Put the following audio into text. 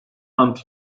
ant